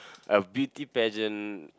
a beauty pageant